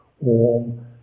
Warm